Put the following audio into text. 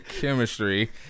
chemistry